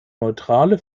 neutrale